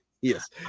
Yes